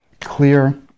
Clear